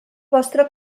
vostre